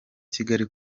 kigali